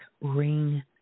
Ring